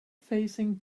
facing